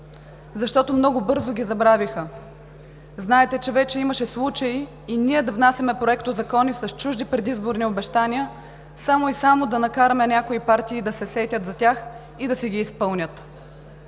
защото много бързо ги забравиха. Знаете, че вече имаше случаи и ние да внасяме законопроекти с чужди предизборни обещания, само и само да накараме някои партии да се сетят за тях и да си ги изпълнят.